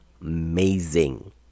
amazing